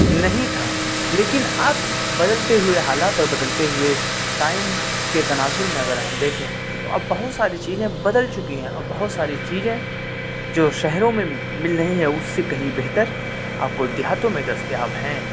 نہیں تھا لیکن اب بدلتے ہوئے حالات اور بدلتے ہوئے ٹائم کے تناظر میں اگر ہم دیکھیں تو اب بہت ساری چیزیں بدل چکی ہیں اب بہت ساری چیزیں جو شہروں میں مل رہی ہیں اس سے کہیں بہتر آپ کو دیہاتوں میں دستیاب ہیں